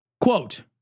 Quote